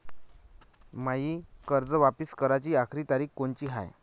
मायी कर्ज वापिस कराची आखरी तारीख कोनची हाय?